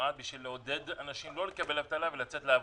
נועדו כדי לעודד אנשים לא לקבל אבטלה ולצאת לעבודה,